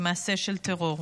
כמעשה של טרור.